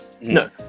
No